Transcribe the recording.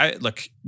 Look